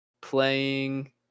playing